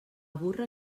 burra